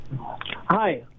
Hi